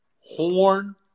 Horn